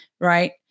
Right